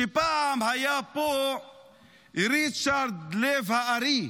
שפעם היה פה ריצ'רד לב הארי,